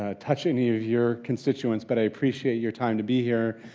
ah touch any of your constituents, but i appreciate your time to be here,